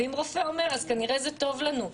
ואם רופא אומר אז כנראה שזה טוב לנו.